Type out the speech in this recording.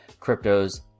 cryptos